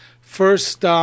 first